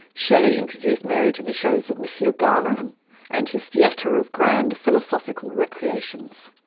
shelley introduced mary to the shows of monsieur garnerin and his theatre of grand philosophical recreations.